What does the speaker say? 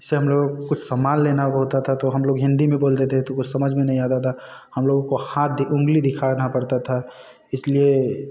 से हम लोग कुछ सामान लेना होता था तो हम लोग हिंदी में बोलते थे वह समझ में नहीं आता था हम लोगों को हाथ दी ऊँगली दिखाना पड़ता था इसलिए